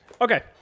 okay